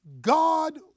God